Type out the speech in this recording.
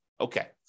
Okay